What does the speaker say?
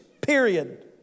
period